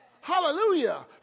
Hallelujah